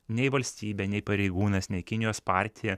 nei valstybė nei pareigūnas nei kinijos partija